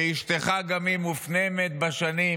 ואשתך גם היא מופלגת בשנים,